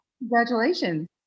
congratulations